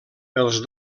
els